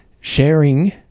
sharing